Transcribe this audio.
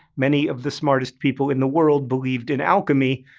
many of the smartest people in the world believed in alchemy,